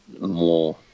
more